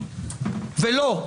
ולא,